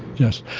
yes,